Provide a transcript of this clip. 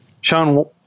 Sean